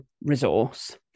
resource